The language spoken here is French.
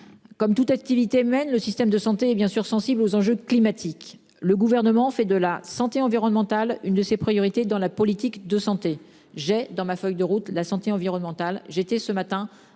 Comme toute activité humaine. Le système de santé et bien sûr sensibles aux enjeux climatiques. Le gouvernement fait de la santé environnementale, une de ses priorités dans la politique de santé. J'ai dans ma feuille de route la santé environnementale, j'étais ce matin